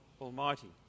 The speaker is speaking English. Almighty